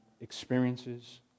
experiences